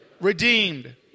redeemed